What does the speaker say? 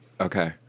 Okay